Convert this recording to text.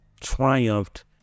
triumphed